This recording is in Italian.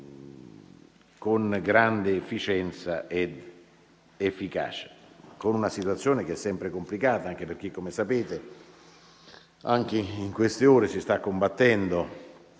con grande efficienza ed efficacia, in una situazione che è sempre complicata, anche perché - come sapete - anche in queste ore si sta combattendo